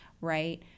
right